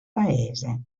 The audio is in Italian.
paese